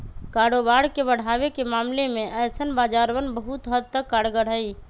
कारोबार के बढ़ावे के मामले में ऐसन बाजारवन बहुत हद तक कारगर हई